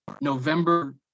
November